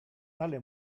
tale